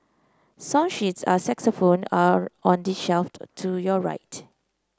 song sheets are saxophone are on the shelf to your right